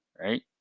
right